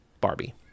Barbie